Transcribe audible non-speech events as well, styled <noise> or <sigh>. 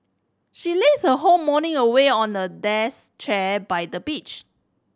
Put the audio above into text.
she lazed her whole morning away on a <unintelligible> chair by the beach